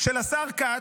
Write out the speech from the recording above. של השר כץ,